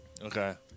Okay